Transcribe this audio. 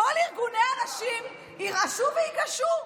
כל ארגוני הנשים ירעשו ויגעשו.